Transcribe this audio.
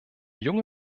junge